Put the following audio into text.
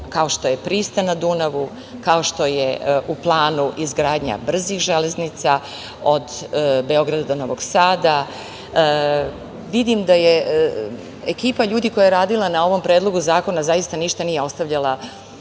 kao što je pristan na Dunavu, kao što je u planu izgradnja brzih železnica od Beograda do Novog Sada. Vidim da ekipa ljudi koja je radila na ovom Predlogu zakona zaista ništa nije prepuštala